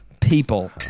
People